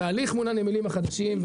התהליך מול הנמלים החדשים,